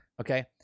Okay